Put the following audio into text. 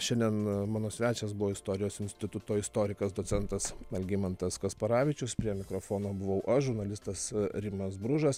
šiandien mano svečias buvo istorijos instituto istorikas docentas algimantas kasparavičius prie mikrofono buvau aš žurnalistas rimas bružas